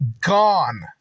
gone